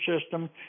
system